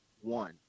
one